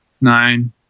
nine